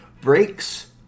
breaks